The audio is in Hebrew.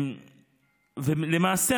למעשה,